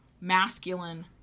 masculine